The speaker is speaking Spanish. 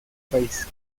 país